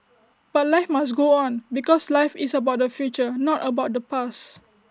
but life must go on because life is about the future not about the past